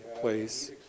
place